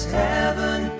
heaven